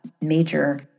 major